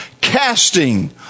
casting